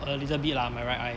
a little bit lah my right eye